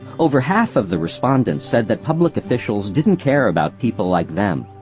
over half of the respondents said that public officials didn't care about people like them.